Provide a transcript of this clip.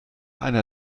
einer